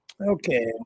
Okay